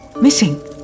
Missing